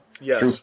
Yes